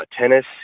tennis